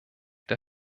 der